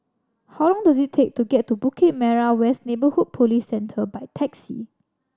how long does it take to get to Bukit Merah West Neighbourhood Police Centre by taxi